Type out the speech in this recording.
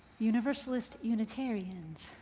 universalist unitariansa,